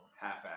Half-assed